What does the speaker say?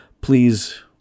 please